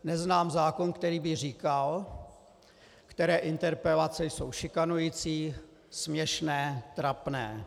Neznám zákon, který by říkal, které interpelace jsou šikanující, směšné, trapné.